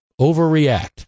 overreact